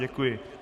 Děkuji.